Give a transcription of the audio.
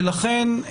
לכן,